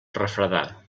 refredar